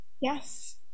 Yes